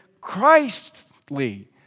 Christly